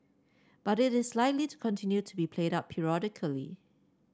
but it is likely to continue to be played up periodically